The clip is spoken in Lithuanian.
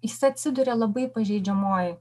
jis atsiduria labai pažeidžiamoj